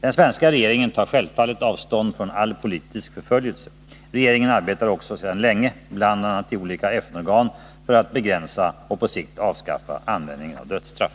Den svenska regeringen tar självfallet avstånd från all politisk förföljelse. Regeringen arbetar också sedan länge bl.a. i olika FN-organ för att begränsa och på sikt avskaffa användningen av dödsstraff.